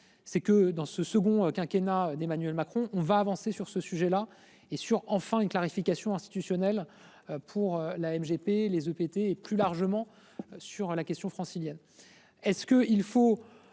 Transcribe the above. c'est que dans ce second quinquennat d'Emmanuel Macron. On va avancer sur ce sujet-là et sur enfin une clarification institutionnelle pour la MGP les OPT et plus largement sur la question francilienne.